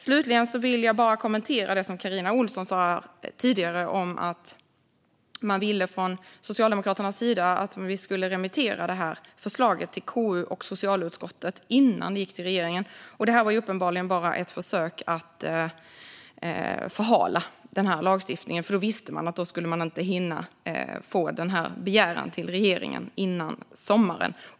Slutligen vill jag bara kommentera det som Carina Ohlsson sa här tidigare om att man från Socialdemokraternas sida ville att vi skulle remittera det här förslaget till KU och socialutskottet innan det gick till regeringen. Det var uppenbarligen bara ett försök att förhala den här lagstiftningen, för då visste man att det inte skulle hinnas med att få den här begäran till regeringen före sommaren.